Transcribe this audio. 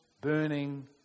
burning